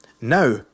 Now